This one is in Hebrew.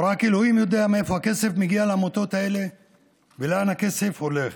ורק אלוהים יודע מאיפה הכסף מגיע לעמותות האלה ולאן הכסף הולך.